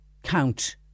Count